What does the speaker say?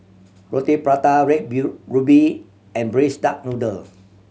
Roti Prata red ruby and Braised Duck Noodle